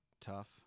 tough